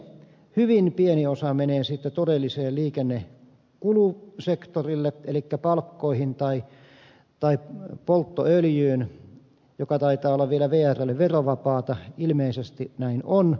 hyvin pieni osa menee siitä todelliselle liikennekulusektorille elikkä palkkoihin tai polttoöljyyn joka taitaa olla vielä vrlle verovapaata ilmeisesti näin on